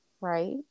Right